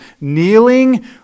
kneeling